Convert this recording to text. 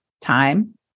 time